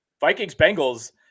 Vikings-Bengals